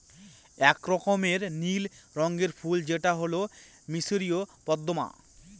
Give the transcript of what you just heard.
এক রকমের নীল রঙের ফুল যেটা হল মিসরীয় পদ্মা